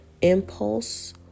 impulse